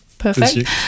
perfect